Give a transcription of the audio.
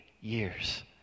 years